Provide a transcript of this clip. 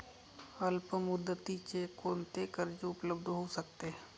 अल्पमुदतीचे कोणते कर्ज उपलब्ध होऊ शकते?